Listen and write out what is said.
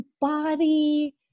body